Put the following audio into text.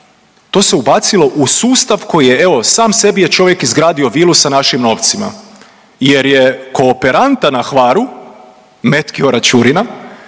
to se ubacilo u sustav koji je evo sam sebi je čovjek izgradio vilu sa našim novcima jer je kooperanta na Hvaru Metkiora Ćurina